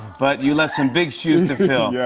but you left some big shoes to fill. yeah